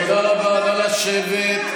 תודה רבה, נא לשבת.